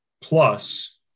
plus